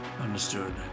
Understood